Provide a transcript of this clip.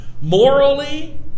morally